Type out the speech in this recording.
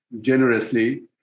generously